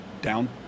down